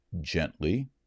gently